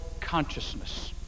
consciousness